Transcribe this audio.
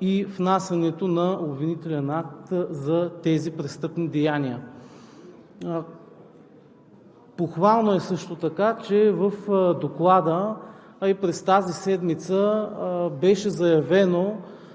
и внасянето на обвинителен акт за тези престъпни деяния. Похвално е също така, че в Доклада, а и през тази седмица беше заявено